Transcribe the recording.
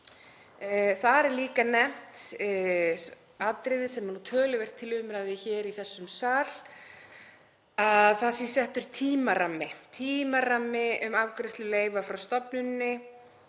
Þar er líka nefnt atriði sem er nú töluvert til umræðu hér í þessum sal, þ.e. að settur sé tímarammi um afgreiðslu leyfa frá stofnuninni